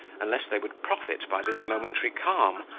unless they would profit by this momentary calm,